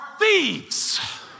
thieves